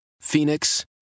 Phoenix